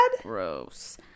gross